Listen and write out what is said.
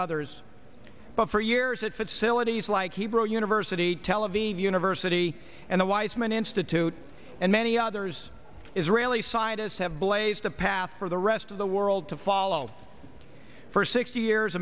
others but for years years at facilities like hebrew university tel aviv university and the weizmann institute and many others israeli scientists have blazed the path for the rest of the world to follow for sixty years